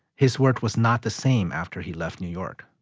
his work was not the same after he left new york